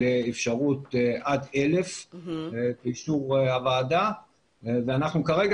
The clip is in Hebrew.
לאפשרות להגיע עד 1,000 באישור הוועדה ואנחנו כרגע